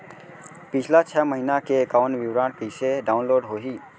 पिछला छः महीना के एकाउंट विवरण कइसे डाऊनलोड होही?